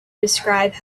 describe